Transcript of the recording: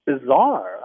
bizarre